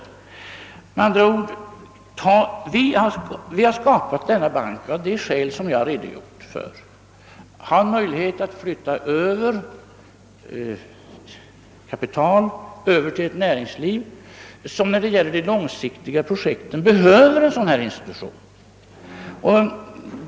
Vi har med andra ord skapat denna investeringsbank av de skäl som jag har redogjort för: för att ha möjlighet att flytta över kapital till ett näringsliv som när det gäller långsiktiga projekt behöver en sådan institution.